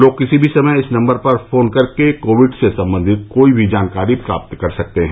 लोग किसी भी समय इस नंबर पर फोन करके कोविड से संबंधित कोई भी जानकारी प्राप्त कर सकते हैं